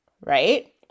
right